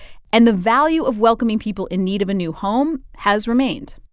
and the value of welcoming people in need of a new home has remained